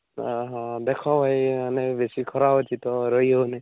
ହଁ ହଁ ଦେଖ ଭାଇ ଏଇ ମାନେ ବେଶୀ ଖରା ହେଉଛି ତ ରହି ହେଉନି